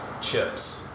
Chips